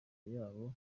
y’abo